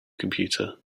computer